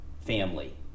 family